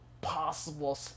possible